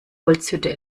holzhütte